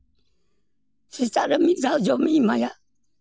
ᱥᱮᱛᱟᱜ ᱨᱮ ᱢᱤᱫ ᱫᱷᱟᱣ ᱡᱚᱢᱤᱧ ᱮᱢᱟᱭᱟ